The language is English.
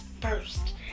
first